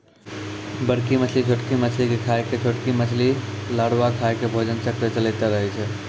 बड़की मछली छोटकी मछली के खाय के, छोटकी मछली लारवा के खाय के भोजन चक्र चलैतें रहै छै